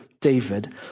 David